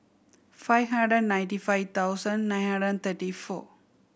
five hundred and ninety five thousand nine hundred and thirty four